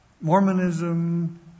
Mormonism